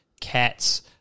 cats